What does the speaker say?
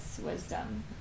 wisdom